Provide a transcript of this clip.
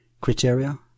criteria